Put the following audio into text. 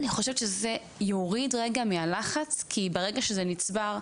אני חושבת שזה יוריד רגע מהלחץ, כי ברגע שזה נצבר,